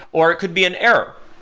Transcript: or it could be an error,